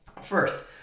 first